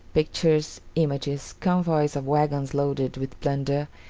pictures, images, convoys of wagons loaded with plunder,